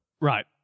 Right